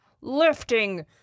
lifting